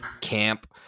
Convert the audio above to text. camp